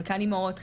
חלקן אימהות,